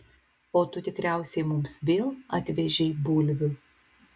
o tu tikriausiai mums vėl atvežei bulvių